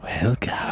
Welcome